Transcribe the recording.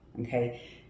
okay